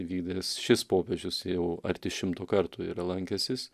vykdęs šis popiežius jau arti šimto kartų yra lankęsis